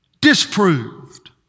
disproved